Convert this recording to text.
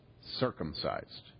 circumcised